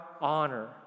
honor